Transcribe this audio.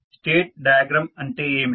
state diagram అంటే ఏమిటి